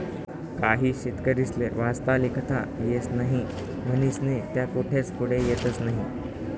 काही शेतकरीस्ले वाचता लिखता येस नही म्हनीस्नी त्या कोठेच पुढे येतस नही